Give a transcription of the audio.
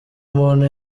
umuntu